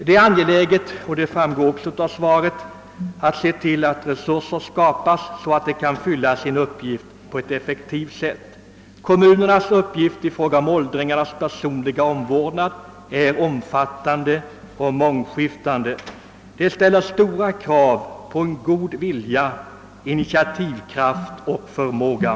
Det är också angeläget — vilket också framhålles i svaret — att se till att socialnämnderna får tillräckliga resurser för att fylla sina uppgifter på ett effektivt sätt. Kommunernas uppgifter när det gäller åldringarnas personliga omvårdnad är omfattande och mångskiftande, och detta ställer stora krav på vilja, initiativkraft och förmåga.